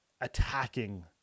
attacking